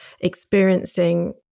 experiencing